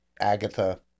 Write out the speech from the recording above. Agatha